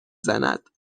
زند